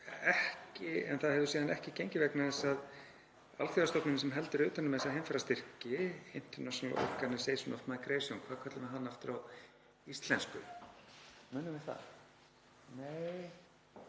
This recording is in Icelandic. þetta en það hefur síðan ekki gengið vegna þess að alþjóðastofnunin sem heldur utan um þessa heimferðarstyrki, International Organization for Migration — hvað köllum við hana aftur á íslensku, munum við það? Nei.